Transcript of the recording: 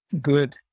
good